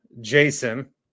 Jason